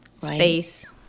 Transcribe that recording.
space